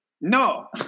No